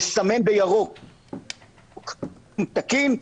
יסמן בירוק פיגום תקין,